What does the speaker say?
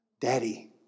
Daddy